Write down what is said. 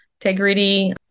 integrity